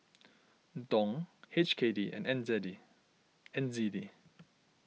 Dong H K D and N Z D N Z D